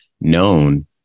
known